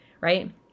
right